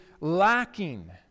lacking